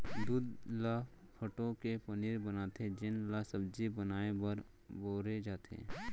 दूद ल फटो के पनीर बनाथे जेन ल सब्जी बनाए बर बउरे जाथे